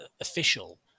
official